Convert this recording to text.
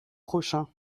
prochain